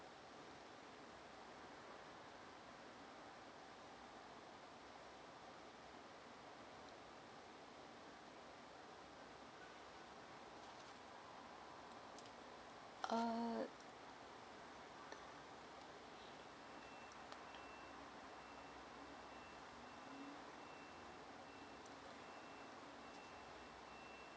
uh